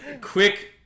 quick